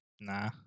nah